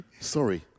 Sorry